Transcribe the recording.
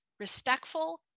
respectful